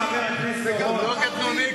הוא לא קטנוני,